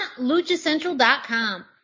LuchaCentral.com